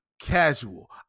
Casual